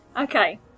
Okay